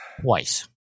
twice